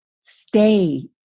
stay